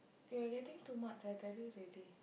ok you are getting too much I tell you already